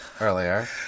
earlier